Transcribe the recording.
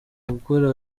gukora